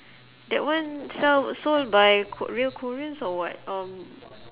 that one sell sold by k~ real koreans or what or